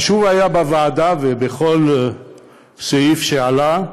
חשוב היה בוועדה, בכל סעיף שעלה,